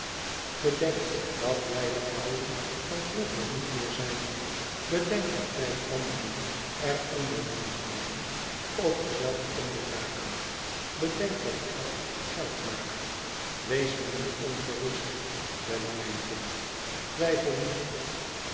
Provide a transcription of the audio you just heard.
bedenk dat wij de ouden van vroeger niet meer zijn bedenk dat wij anderen er onder moeten houden of er zelf onder raken bedenk dat geld geld maakt wees maar niet ongerust bella mijn kind twijfel niet